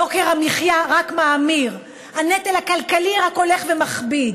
יוקר המחיה רק מאמיר, הנטל הכלכלי רק הולך ומכביד.